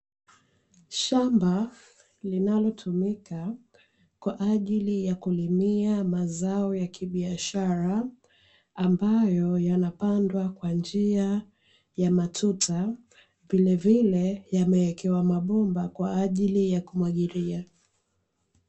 Shamba linalotumika kwa ajili ya kulimia mazao ya kibiashara ambayo yanapandwa kwa njia ya matuta vilevile yamewekewa mabomba kwa ajili ya kumwagilia.